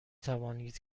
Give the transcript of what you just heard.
توانید